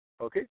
okay